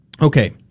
Okay